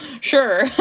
sure